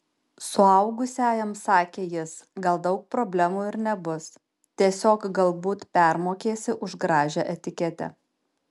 suaugusiajam sakė jis gal daug problemų ir nebus tiesiog galbūt permokėsi už gražią etiketę